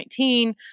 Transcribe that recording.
2019